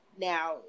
Now